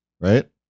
right